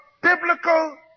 biblical